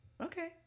okay